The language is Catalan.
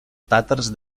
tàtars